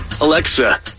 Alexa